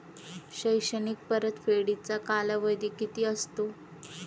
शैक्षणिक परतफेडीचा कालावधी किती असतो?